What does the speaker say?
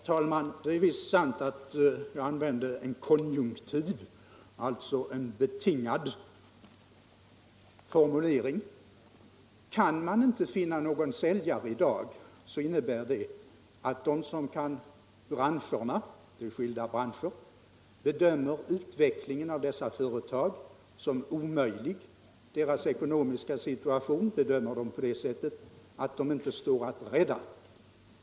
Herr talman! Det är visst sant att jag använde en konjunktiv, alltså en betingad formulering. Finner man inte någon säljare i dag, innebär det att de som kan branscherna — det är skilda branscher - bedömer utvecklingen av dessa företag som omöjlig. De bedömer företagens ekonomiska situation på det sättet att företagen inte står att rädda.